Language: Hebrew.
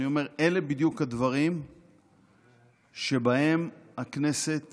אלה בדיוק הדברים שבהם הכנסת